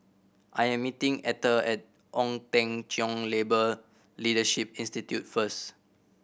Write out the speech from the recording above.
I am meeting Ether at Ong Teng Cheong Labour Leadership Institute first